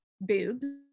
boobs